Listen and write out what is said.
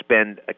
spend